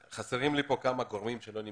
חסרים לי כאן כמה גורמים שלא נמצאים,